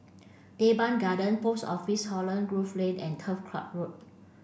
Teban Garden Post Office Holland Grove Lane and Turf Ciub Road